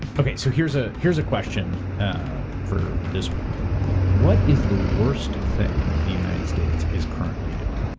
okay. so, here's ah here's a question for this week what is the worst thing the united states is currently doing?